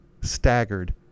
staggered